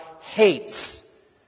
hates